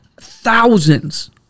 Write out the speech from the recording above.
thousands